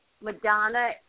Madonna